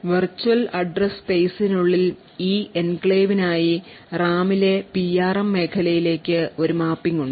virtual address സ്പെയ്സിനുള്ളിൽ ഈ enclave നായി റാമിലെ പിആർഎം മേഖലയിലേക്ക് ഒരു മാപ്പിംഗ് ഉണ്ട്